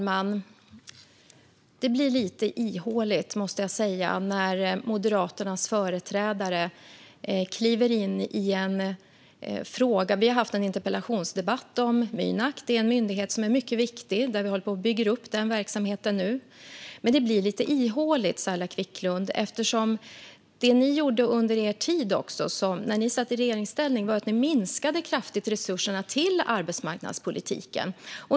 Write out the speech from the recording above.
Fru talman! Vi har haft en interpellationsdebatt om Mynak. Det är en myndighet som är mycket viktig, och vi bygger upp den verksamheten nu. Det blir lite ihåligt när Moderaternas företrädare kliver in i diskussionen om den här frågan. Det ni gjorde, Saila Quicklund, när ni satt i regeringsställning var att kraftigt minska resurserna till arbetsmarknadspolitiken.